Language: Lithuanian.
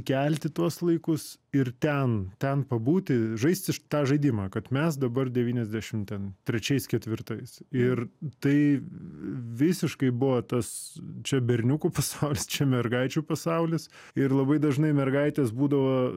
kelti tuos laikus ir ten ten pabūti žaisti štą žaidimą kad mes dabar devyniasdešim ten trečiais ketvirtais ir tai visiškai buvo tas čia berniukų pasaulis čia mergaičių pasaulis ir labai dažnai mergaitės būdavo